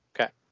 Okay